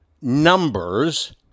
numbers